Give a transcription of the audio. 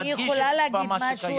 לא צריך לכתוב באילו משרות?